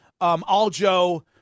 Aljo